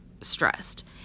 stressed